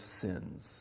sins